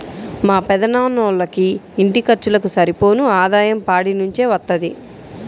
మా పెదనాన్నోళ్ళకి ఇంటి ఖర్చులకు సరిపోను ఆదాయం పాడి నుంచే వత్తది